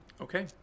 Okay